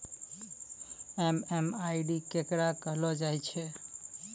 MMID केकरा कहलो जाय छै